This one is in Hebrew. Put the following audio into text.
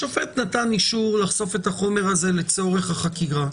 השופט נתן אישור לחשוף את החומר הזה לצורך החקירה,